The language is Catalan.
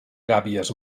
gàbies